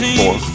four